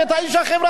איציק כהן,